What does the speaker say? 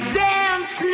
dance